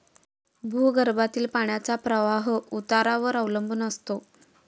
भूगर्भातील पाण्याचा प्रवाह उतारावर अवलंबून असतो